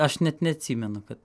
aš net neatsimenu kad